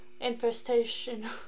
infestation